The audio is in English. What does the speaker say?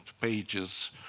pages